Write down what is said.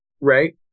right